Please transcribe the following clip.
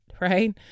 right